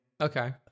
Okay